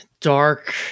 dark